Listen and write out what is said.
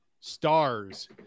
stars